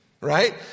right